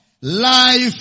Life